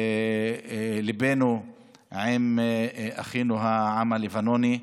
ליבנו עם אחינו בעם הלבנוני.